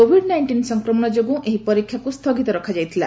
Covid nineteen ସଂକ୍ରମଣ ଯୋଗୁଁ ଏହି ପରୀକ୍ଷାକୁ ସ୍ଥଗିତ ରଖାଯାଇଥିଲା